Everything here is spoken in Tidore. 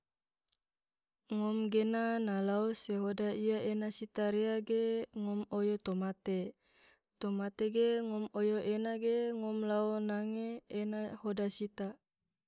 ngom gena na lao se hoda iya ena sita rea ge ngom oyo tomate, tomate ge ngom oyo ena ge ngom lao nange ena hoda sita.